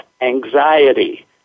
anxiety